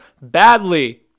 badly